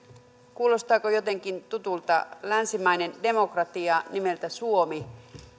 kuulostaako jotenkin tutulta länsimaiseen demokratiaan nimeltä suomi